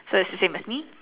so is the same as me